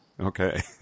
Okay